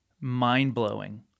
Mind-blowing